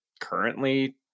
currently